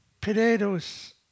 potatoes